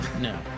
no